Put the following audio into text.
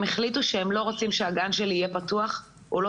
הם החליטו הם לא רוצים שהגן שלי יהיה פתוח הוא לא